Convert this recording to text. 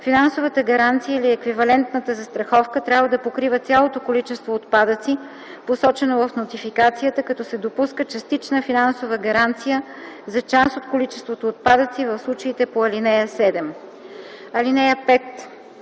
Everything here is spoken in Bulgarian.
финансовата гаранция или еквивалентната застраховка трябва да покрива цялото количество отпадъци, посочено в нотификацията, като се допуска частична финансова гаранция за част от количеството отпадъци в случаите по ал. 7.